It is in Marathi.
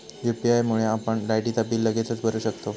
यू.पी.आय मुळे आपण लायटीचा बिल लगेचच भरू शकतंव